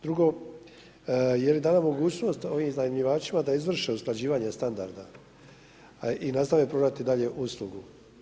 Drugo, je li dana mogućnost ovim iznajmljivačima da izvrše usklađivanje standarda i nastave prodati dalje uslugu.